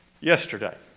Yesterday